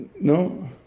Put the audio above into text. No